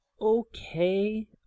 okay